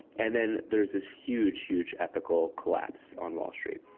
and then there's this huge, huge ethical collapse on wall street.